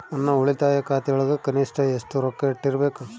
ನನ್ನ ಉಳಿತಾಯ ಖಾತೆಯೊಳಗ ಕನಿಷ್ಟ ಎಷ್ಟು ರೊಕ್ಕ ಇಟ್ಟಿರಬೇಕು?